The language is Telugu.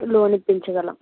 లోన్ ఇప్పించగలం